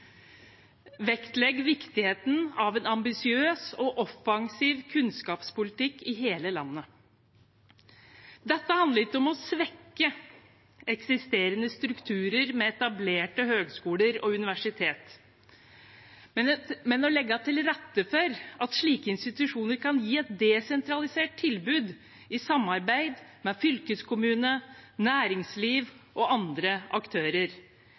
vektlegger viktigheten av en ambisiøs og offensiv kunnskapspolitikk i hele landet. Dette handler ikke om å svekke eksisterende strukturer med etablerte høgskoler og universiteter, men å legge til rette for at slike institusjoner kan gi et desentralisert tilbud i samarbeid med fylkeskommune, næringsliv og andre aktører.